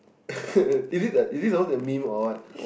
is it like is it those meme or what